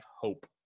hope